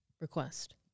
request